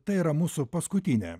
tai yra mūsų paskutinė